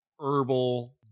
herbal